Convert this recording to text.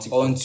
on